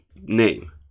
name